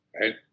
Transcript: Right